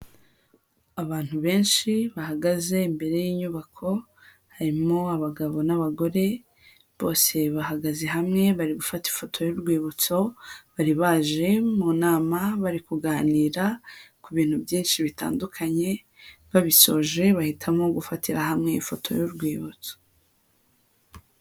Abantu benshi bahagaze imbere y'inyubako, harimo abagabo n'abagore, bose bahagaze hamwe, bari gufata ifoto y'urwibutso, bari baje mu nama bari kuganira ku bintu byinshi bitandukanye, babisoje bahitamo gufatira hamwe ifoto y'urwibutso.